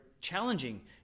challenging